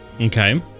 Okay